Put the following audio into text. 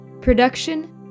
Production